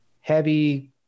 heavy